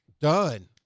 done